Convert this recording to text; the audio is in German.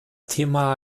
thema